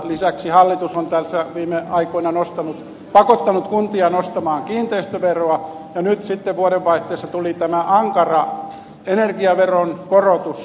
lisäksi hallitus on tässä viime aikoina pakottanut kuntia nostamaan kiinteistöveroa ja nyt sitten vuoden vaihteessa tuli tämä ankara energiaveron korotus